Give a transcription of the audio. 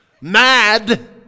mad